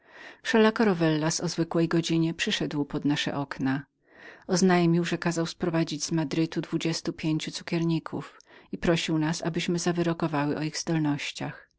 potem rowellas o zwykłej godzinie przyszedł pod nasze okna i rzekł nam że kazał przywieść z madrytu dwudziestu pięciu pasztetników i cukierników i prosił nas abyśmy zawyrokowały o ich zdolnościach